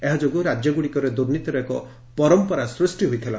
ଏହା ଯୋଗୁଁ ରାଜ୍ୟଗୁଡ଼ିକରେ ଦୁର୍ନୀତିର ଏକ ପରମ୍ପରା ସୃଷ୍ଟି ହୋଇଥିଲା